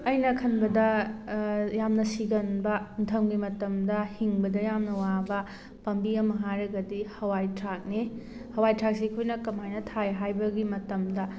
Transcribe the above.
ꯑꯩꯅ ꯈꯟꯕꯗ ꯌꯥꯝꯅ ꯁꯤꯒꯟꯕ ꯏꯟꯊꯝꯒꯤ ꯃꯇꯝꯗ ꯍꯤꯡꯕꯗ ꯌꯥꯝꯅ ꯋꯥꯕ ꯄꯥꯝꯕꯤ ꯑꯃ ꯍꯥꯏꯔꯒꯗꯤ ꯍꯋꯥꯏ ꯊꯔꯥꯛꯅꯤ ꯍꯋꯥꯏ ꯊꯔꯥꯛꯁꯤ ꯑꯩꯈꯣꯏꯅ ꯀꯃꯥꯏꯅ ꯊꯥꯏ ꯍꯥꯏꯕꯒꯤ ꯃꯇꯝꯗ